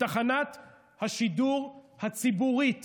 בתחנת השידור הציבורית